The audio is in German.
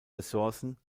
ressourcen